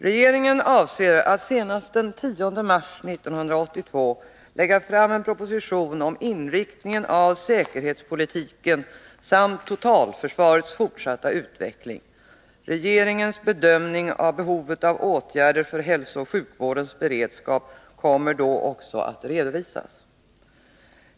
Regeringen avser att senast den 10 mars 1982 lägga fram en proposition om inriktningen av säkerhetspolitiken samt totalförsvarets fortsatta utveckling. Regeringens bedömning av behovet av åtgärder för hälsooch sjukvårdens beredskap kommer då också att redovisas.